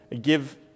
give